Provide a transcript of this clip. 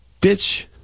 bitch